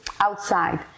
outside